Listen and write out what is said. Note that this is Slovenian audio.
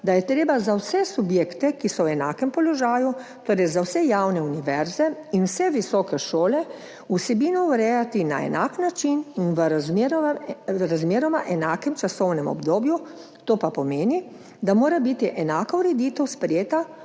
da je treba za vse subjekte, ki so v enakem položaju, torej za vse javne univerze in vse visoke šole, vsebino urejati na enak način in v razmeroma enakem časovnem obdobju, to pa pomeni, da mora biti enaka ureditev sprejeta